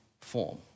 form